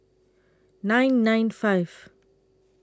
nine nine five